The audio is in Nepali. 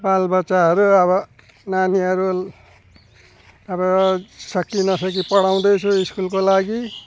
बालबच्चाहरू अब नानीहरू अब सकिनसकि पढाउँदैछु स्कुलको लागि